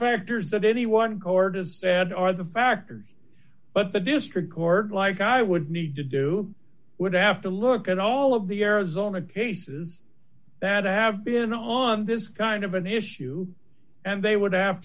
factors that any one quarter of said are the factors but the district court like i would need to do would have to look at all of the arizona cases that have been on this kind of an issue and they would have